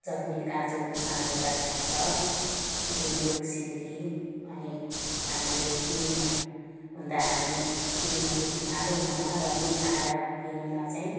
चट्नी काँचो पनि साँधेर खाइन्छ गुन्द्रुक सिन्की अनि हामीले किनेमा हुन त हामी किनेमा त्यति खादैनौँ र पनि खाँदाको किनेमा चाहिँ